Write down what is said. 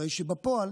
הרי שבפועל